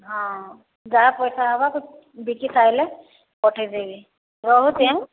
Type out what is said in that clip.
ହଁ ଯାହା ପଇସା ହେବା ସବୁ ବିକି ସାରିଲେ ପଠେଇ ଦେବି ରହୁଛି ଆଁ